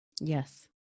Yes